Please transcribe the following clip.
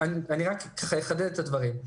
אחדד את הדברים.